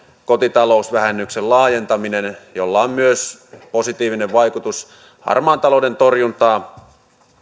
kotitalousvähennyksen laajentaminen jolla on myös positiivinen vaikutus harmaan talouden torjuntaan